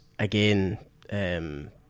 Again